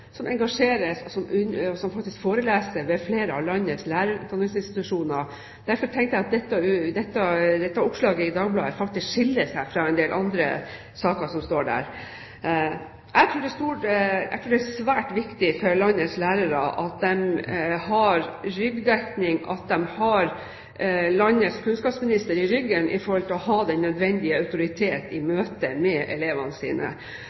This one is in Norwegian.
som er engasjert og faktisk foreleser ved flere av landets lærerutdanningsinstitusjoner. Derfor tenkte jeg at dette oppslaget i Dagbladet skiller seg fra en del andre saker som står der. Jeg tror det er svært viktig for landets lærere at de har ryggdekning, at de har landets kunnskapsminister i ryggen, for å ha den nødvendige autoritet i møte med elevene sine.